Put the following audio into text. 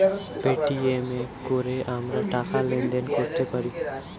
Paytm এ কোরে আমরা টাকা লেনদেন কোরতে পারি